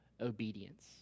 obedience